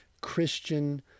Christian